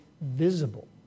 visible